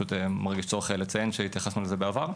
מרגיש צורך לציין שהתייחסנו לזה בעבר.